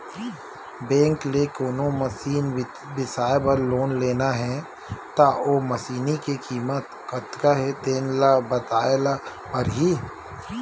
bank ले कोनो machine बिसाए बर लोन लेना हे त ओ मसीनी के कीमत कतका हे तेन ल बताए ल परही